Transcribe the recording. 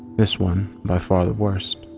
this one by far the worst.